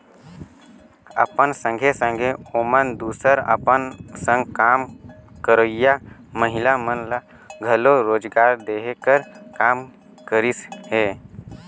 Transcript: अपन संघे संघे ओमन दूसर अपन संग काम करोइया महिला मन ल घलो रोजगार देहे कर काम करिस अहे